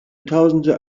tausende